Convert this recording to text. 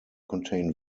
contain